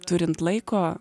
turint laiko